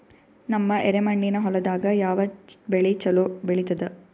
ನಮ್ಮ ಎರೆಮಣ್ಣಿನ ಹೊಲದಾಗ ಯಾವ ಬೆಳಿ ಚಲೋ ಬೆಳಿತದ?